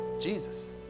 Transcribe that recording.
Jesus